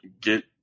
get